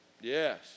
yes